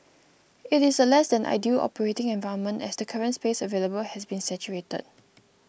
it is a less than ideal operating environment as the current space available has been saturated